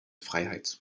freiheit